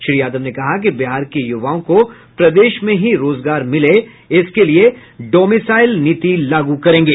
श्री यादव ने कहा कि बिहार के युवाओं को प्रदेश में ही रोजगार मिले इसके डोमिसाइल लागू करेंगे